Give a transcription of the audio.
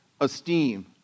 esteem